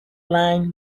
line